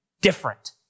different